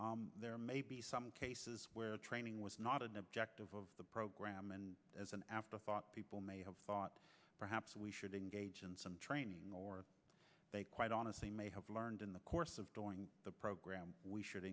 program there may be some cases where training was not an objective of the program and as an afterthought people may have thought perhaps we should engage in some training or quite honestly may have learned in the course of doing the program we should